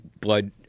blood